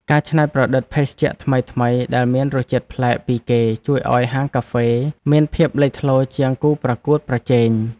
ការច្នៃប្រឌិតភេសជ្ជៈថ្មីៗដែលមានរសជាតិប្លែកពីគេជួយឱ្យហាងកាហ្វេមានភាពលេចធ្លោជាងគូប្រកួតប្រជែង។